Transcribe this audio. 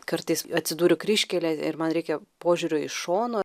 kartais atsiduriu kryžkelėj ir man reikia požiūrio iš šono